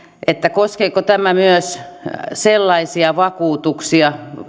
koskeeko tämä myös sellaisia vakuutuksia